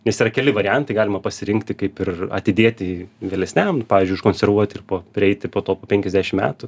nes yra keli variantai galima pasirinkti kaip ir atidėti vėlesniam nu pavyzdžiui užkonservuoti ir po prieiti po to penkiasdešim metų